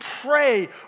pray